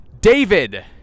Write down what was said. David